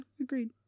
agreed